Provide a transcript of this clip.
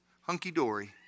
hunky-dory